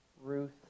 Ruth